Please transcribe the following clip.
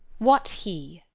what he?